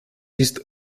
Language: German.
ist